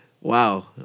Wow